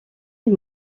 est